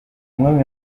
umwami